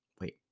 wait